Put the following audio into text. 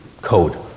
code